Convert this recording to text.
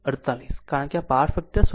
9848 કારણ કે power factor 0